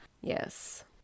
yes